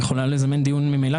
היא יכולה לזמן ממילא,